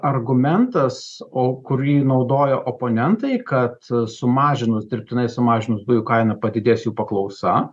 argumentas o kurį naudojo oponentai kad sumažinus dirbtinai sumažinus dujų kainą padidės jų paklausa